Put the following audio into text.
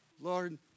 Lord